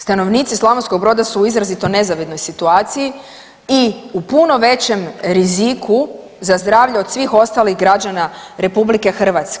Stanovnici Slavonskog Broda su u izrazito nezavidnoj situaciji i u puno većem riziku za zdravlje od svih ostalih građana RH.